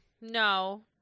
No